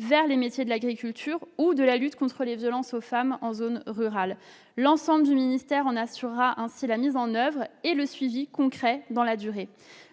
vers les métiers de l'agriculture, lutte contre les violences faites aux femmes en zone rurale. L'ensemble du ministère en assurera la mise en oeuvre et le suivi concret dans la durée.